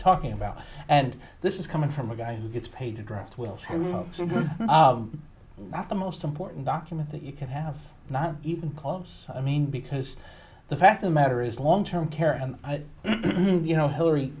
talking about and this is coming from a guy who gets paid to draft wills who asked the most important documents that you can have not even close i mean because the fact the matter is long term care and you know hillary